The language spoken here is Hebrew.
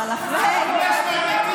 את לא עשית כלום.